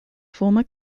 former